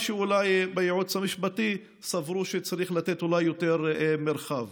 בייעוץ המשפטי סברו שצריך לתת, אולי, יותר מרחב.